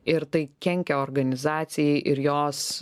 ir tai kenkia organizacijai ir jos